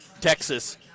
Texas